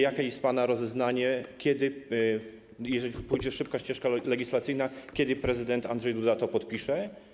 Jakie jest pana rozeznanie, kiedy - jeżeli pójdzie to szybką ścieżką legislacyjną - prezydent Andrzej Duda to podpisze?